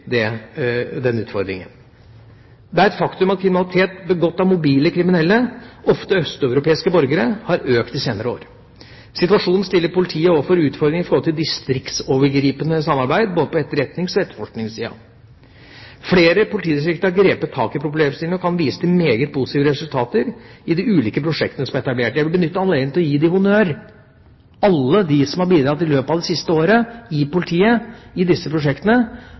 til den utfordringen. Det er et faktum at kriminalitet begått av mobile kriminelle, ofte østeuropeiske borgere, har økt de senere år. Situasjonen stiller politiet overfor utfordringer i forhold til distriktsovergripende samarbeid både på etterretnings- og etterforskningssiden. Flere politidistrikt har grepet tak i problemstillingene og kan vise til meget positive resultater i de ulike prosjektene som er etablert. Jeg vil benytte anledningen til å gi honnør til alle i politiet som har bidratt i løpet av det siste året i disse prosjektene.